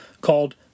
called